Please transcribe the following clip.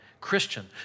Christian